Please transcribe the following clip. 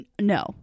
No